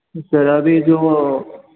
sir अभी जो